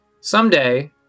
Someday